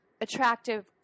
attractive